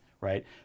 right